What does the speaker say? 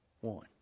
one